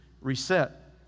reset